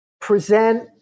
present